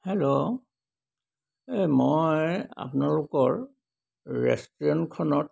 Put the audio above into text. hello এই মই আপোনালোকৰ ৰেষ্টুৰেণ্টখনত